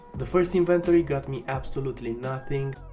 the first inventory got me absolutely nothing